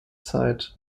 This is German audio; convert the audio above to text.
zeit